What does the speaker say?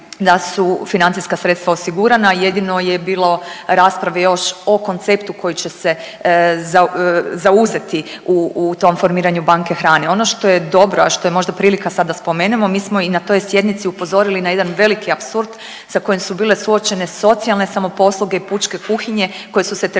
da su financijska sredstva osigurana, jedino je bilo rasprave još o konceptu koji će se zauzeti u tom formiranju banke hrane. Ono što je dobro, a što je možda prilika sada da spomenemo, mi smo i na toj sjednici upozorili na jedan veliki apsurd sa kojim su bile suočene socijalne samoposluge i pučke kuhinje koje su se tretirale